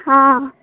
हँ